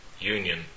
Union